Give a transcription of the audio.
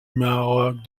maroc